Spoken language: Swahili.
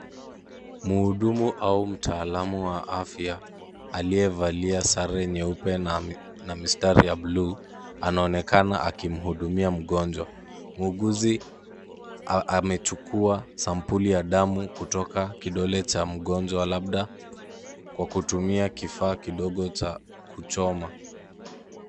Mhudumu au mtaalamu wa afya aliyevalia sare nyeupe na mistari ya bluu anaonekana akimhudumia mgonjwa. Muuguzi amechukua sampuli ya damu kutoka kidole cha mgonjwa, labda kwa kutumia kifaa kidogo cha kuchoma.